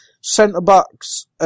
Centre-backs